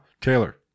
Taylor